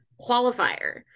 qualifier